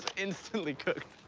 instantly cooked.